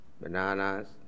bananas